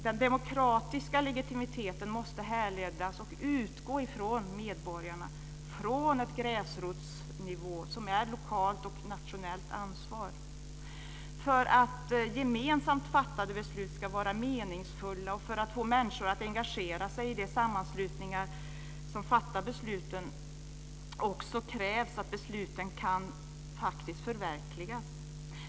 Den demokratiska legitimiteten måste härledas och utgå från medborgarna, från en gräsrotsnivå, som är lokalt och nationellt ansvar. För att gemensamt fattade beslut ska vara meningsfulla och för att få människor att engagera sig i de sammanslutningar som fattar besluten krävs också att besluten kan förverkligas.